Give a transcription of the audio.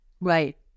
right